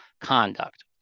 conduct